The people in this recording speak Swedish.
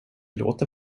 låter